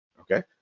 okay